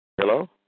Hello